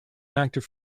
active